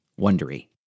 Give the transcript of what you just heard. Wondery